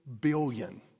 billion